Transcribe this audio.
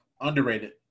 underrated